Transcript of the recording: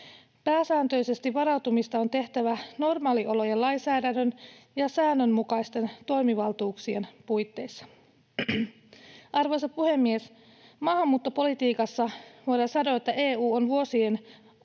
Pääsääntöisesti varautumista on tehtävä normaaliolojen lainsäädännön ja säännönmukaisten toimivaltuuksien puitteissa. Arvoisa puhemies! Voidaan sanoa, että maahanmuuttopolitiikassa